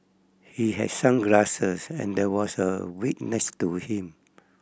he had sunglasses and there was a wig next to him